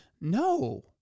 no